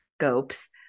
scopes